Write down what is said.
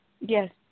Yes